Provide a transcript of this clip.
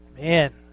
Man